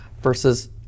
versus